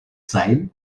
sein